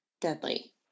deadly